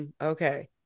okay